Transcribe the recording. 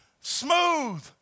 smooth